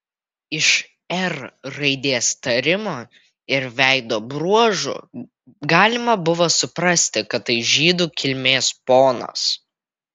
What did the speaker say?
iš r raidės tarimo ir veido bruožų galima buvo suprasti kad tai žydų kilmės ponas